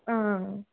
हां